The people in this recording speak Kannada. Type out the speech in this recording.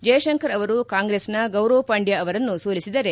ಜಯಶಂಕರ್ ಅವರು ಕಾಂಗ್ರೆಸ್ನ ಗೌರವ್ ಪಾಂಡ್ಕ ಅವರನ್ನು ಸೋಲಿಸಿದರೆ